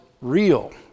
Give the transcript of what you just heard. real